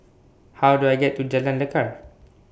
How Do I get to Jalan Lekar